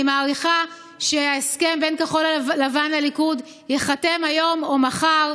אני מעריכה שההסכם בין כחול לבן לליכוד ייחתם היום או מחר.